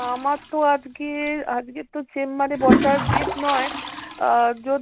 আমার তো আজকে আজকে তো চেম্বারে বসার ডেট নয় যদি